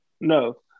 No